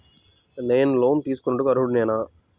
నేను లోన్ తీసుకొనుటకు అర్హుడనేన?